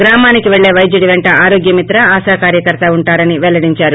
గ్రామానికి పెళ్లే పైద్యుడి పెంట ఆరోగ్యమిత్ర ఆశా కార్యకర్త ఉంటారని వెల్లడిందారు